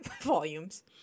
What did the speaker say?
volumes